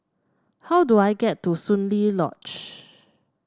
how do I get to Soon Lee Lodge